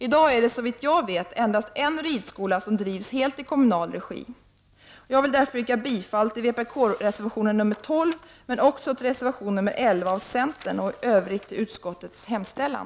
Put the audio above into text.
I dag är det, såvitt jag vet, endast en ridskola som drivs helt i kommunal regi. Jag vill därför yrka bifall till vpk-reservationen nr 12, men även till reservation nr 11 av centern och i övrigt till utskottets hemställan.